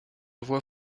voix